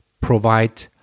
provide